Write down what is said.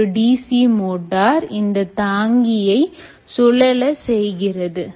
ஒரு DC motor இந்த தாங்கியை சுழல செய்கிறது